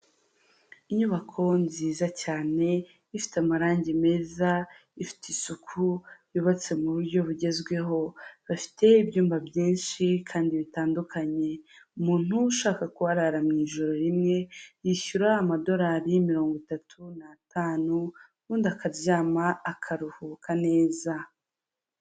Inyubako nziza cyane, ifite amarangi meza, ifite isuku, yubatse mu buryo bugezweho. Bafite ibyumba byinshi, kandi bitandukanye. Umuntu ushaka kuharara mu ijoro rimwe, yishyura amadolari mirongo itatu n'atanu, ubundi akaryama akaruhuka neza.